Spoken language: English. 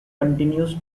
continues